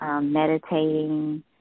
meditating